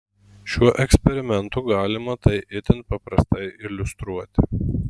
šiuo eksperimentu galima tai itin paprastai iliustruoti